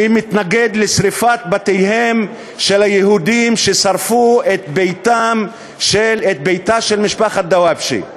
אני מתנגד לשרפת בתיהם של היהודים ששרפו את ביתה של משפחת דוואבשה,